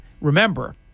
Remember